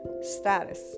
status